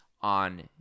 on